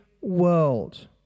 world